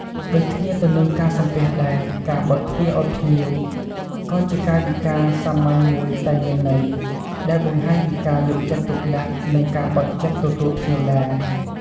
ដូចគ្នាទៅនឹងការសំពះដែរ ការបើកទ្វារឲ្យភ្ញៀវ ក៏ជាកាយវិការសាមញ្ញមួយតែមានន័យ ដែលបង្ហាញពីការយកចិត្តទុកដាក់ និងការបើកចិត្តទទួលភ្ញៀវដែរ។